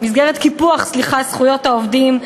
קיפוח זכויות העובדים,